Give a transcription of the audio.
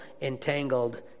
entangled